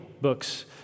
books